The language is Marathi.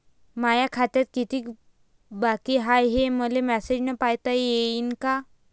माया खात्यात कितीक बाकी हाय, हे मले मेसेजन पायता येईन का?